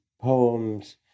poems